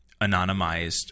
anonymized